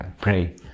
Pray